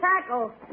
tackle